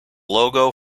logo